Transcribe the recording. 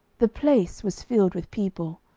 the place was filled with people,